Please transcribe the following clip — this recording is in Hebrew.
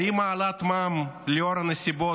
האם העלאת מע"מ, לנוכח הנסיבות,